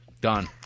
Done